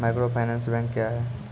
Microfinance bank क्या हैं?